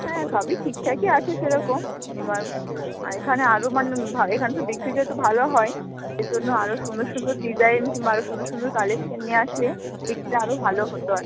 হ্যাঁ সবই ঠিকঠাকই আছে সেরকম এবার এখানে আরও মানে ভা এখানে তো বিক্রি যেহেতু ভালো হয় এর জন্য আরও সুন্দর সুন্দর ডিজাইন কিংবা আরও সুন্দর সুন্দর কালেকশান নিয়ে আসলে বিক্রিটা আরও ভালো হতো আর কি